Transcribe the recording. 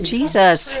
Jesus